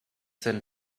sent